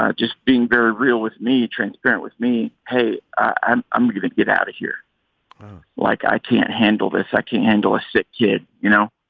just being very real with me, transparent with me. hey, i'm i'm going to get out of here like i can't handle this. i can handle a sick kid. you know